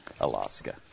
Alaska